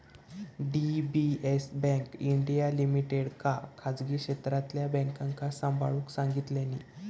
DBS bank India लिमिटेडका खासगी क्षेत्रातल्या बॅन्कांका सांभाळूक सांगितल्यानी